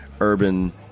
urban